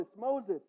Moses